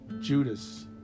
Judas